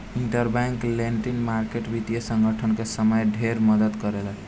interbank lending market वित्तीय संकट के समय में ढेरे मदद करेला